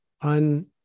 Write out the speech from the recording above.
un-